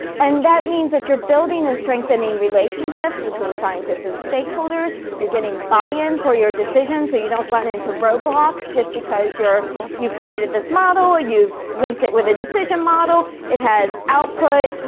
and that means that you're building and strengthening relationships between scientists and stakeholders, you're getting buy-in for your decisions so you don't run into roadblocks just because you've created this model. you've linked it with a decision model. it has output,